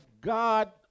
God